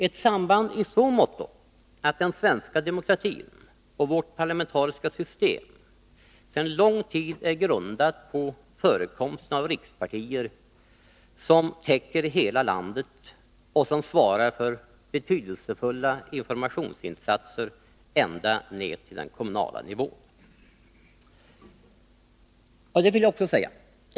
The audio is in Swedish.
Ett samband i så måtto att den svenska demokratin och vårt parlamentariska system sedan lång tid är grundade på förekomsten av rikspartier, som täcker hela landet och som svarar för betydelsefulla informationsinsatser ända ned till den kommunala nivån.